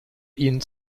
ihn